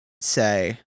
say